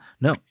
no